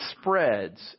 spreads